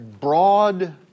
broad